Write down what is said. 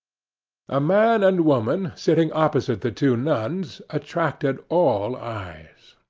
a man and woman, sitting opposite the two nuns, attracted all eyes.